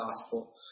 gospel